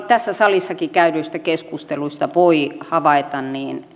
tässä salissakin käydyistä keskusteluista voi havaita